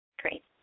Great